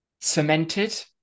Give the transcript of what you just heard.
cemented